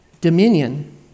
dominion